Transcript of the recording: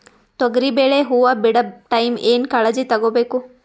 ತೊಗರಿಬೇಳೆ ಹೊವ ಬಿಡ ಟೈಮ್ ಏನ ಕಾಳಜಿ ತಗೋಬೇಕು?